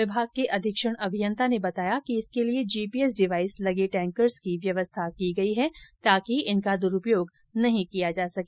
विमाग के अधीक्षण अभियंता ने बताया कि इसके लिए जीपीएस डिवाइस लगे टैंकर्स की व्यवस्था की गई है ताकि इनका द्रुपयोग नहीं किया जा सके